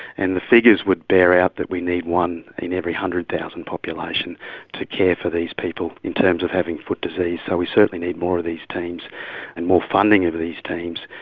and the figures would bear out that we need one in every hundred thousand population to care for these people in terms of having foot disease. so we certainly need more of these teams and more funding of of these teams,